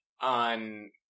on